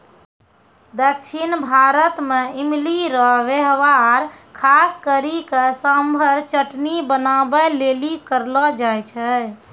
दक्षिण भारत मे इमली रो वेहवार खास करी के सांभर चटनी बनाबै लेली करलो जाय छै